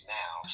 now